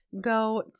go